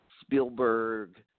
spielberg